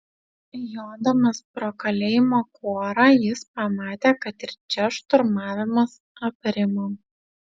jodamas pro kalėjimo kuorą jis pamatė kad ir čia šturmavimas aprimo